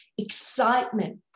excitement